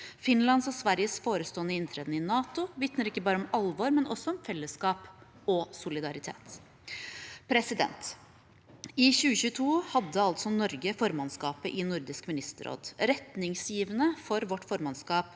Finlands og Sveriges forestående inntreden i NATO vitner ikke bare om alvor, men også om fellesskap og solidaritet. I 2022 hadde Norge formannskapet i Nordisk ministerråd. Retningsgivende for vårt formannskap